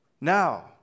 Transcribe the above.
Now